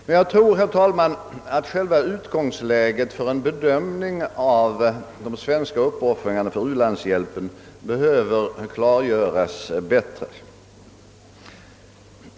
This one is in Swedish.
Men jag tror, herr talman, att själva utgångsläget för en bedömning av de svenska uppoffringarna för u-landshjälpen behöver klargöras bättre.